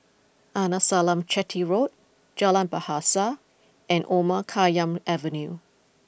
Arnasalam Chetty Road Jalan Bahasa and Omar Khayyam Avenue